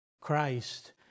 Christ